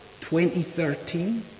2013